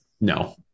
No